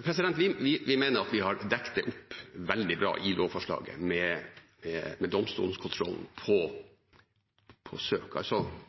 Vi mener at vi har dekket det opp veldig bra i lovforslaget, med domstolkontroll for søk. Først vil E-tjenesten måtte saklig begrunne en forespørsel om å få lov til å gjøre søk